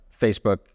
Facebook